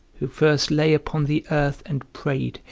who first lay upon the earth and prayed,